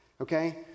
okay